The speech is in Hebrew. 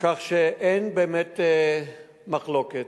כך שאין באמת מחלוקת,